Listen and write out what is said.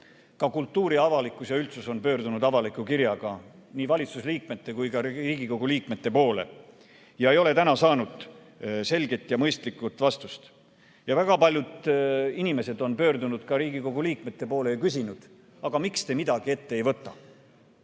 Ka kultuuriavalikkus ja üldsus on pöördunud avaliku kirjaga nii valitsusliikmete kui ka Riigikogu liikmete poole ega ole tänaseks saanud selget ja mõistlikku vastust. Väga paljud inimesed on pöördunud ka Riigikogu liikmete poole ja küsinud, aga miks te midagi ette ei võta.